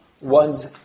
one's